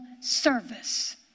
service